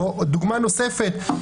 דוגמה נוספת,